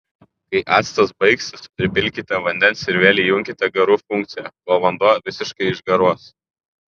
kai actas baigsis pripilkite vandens ir vėl įjunkite garų funkciją kol vanduo visiškai išgaruos